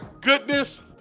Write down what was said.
goodness